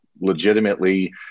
legitimately